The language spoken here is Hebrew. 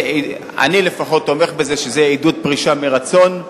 אני תומך לפחות בכך שזה יהיה עידוד פרישה מרצון,